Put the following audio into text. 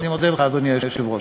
אני מודה לך, אדוני היושב-ראש.